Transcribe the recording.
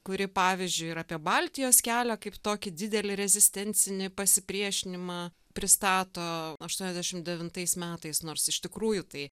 kuri pavyzdžiui ir apie baltijos kelią kaip tokį didelį rezistencinį pasipriešinimą pristato aštuoniasdešim devintais metais nors iš tikrųjų tai